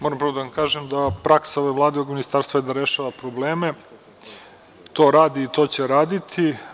Moram prvo da vam kažem da praksa ove Vlade i ovog ministarstva je da rešava probleme, to radi i to će raditi.